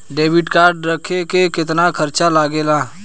Debit card रखे के केतना चार्ज लगेला?